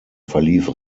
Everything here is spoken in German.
verlief